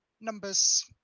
numbers